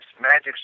magic